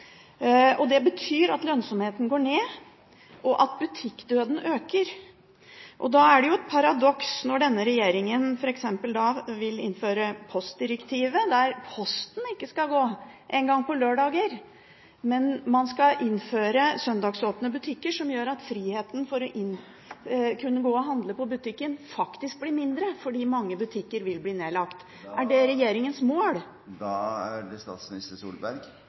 Det betyr at lønnsomheten går ned, og at butikkdøden øker. Da er det et paradoks at denne regjeringen f.eks. vil innføre postdirektivet, der posten ikke engang skal gå ut på lørdager, men man skal innføre søndagsåpne butikker, som gjør at friheten til å kunne gå og handle på butikken, faktisk blir mindre, fordi mange butikker vil bli nedlagt. Er det regjeringens mål? Om man skal ha postomdeling på lørdager, er et rent nasjonalt spørsmål innenfor postdirektivet. Det